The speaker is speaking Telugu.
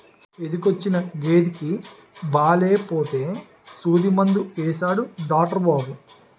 ఎదకొచ్చిన గేదెకి బాలేపోతే సూదిమందు యేసాడు డాట్రు బాబు